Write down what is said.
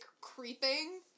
creeping